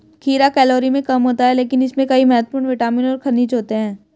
खीरा कैलोरी में कम होता है लेकिन इसमें कई महत्वपूर्ण विटामिन और खनिज होते हैं